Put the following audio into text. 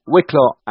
Wicklow